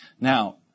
Now